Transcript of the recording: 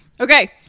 Okay